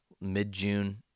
mid-June